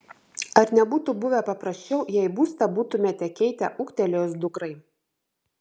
ar nebūtų buvę paprasčiau jei būstą būtumėte keitę ūgtelėjus dukrai